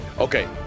Okay